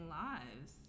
lives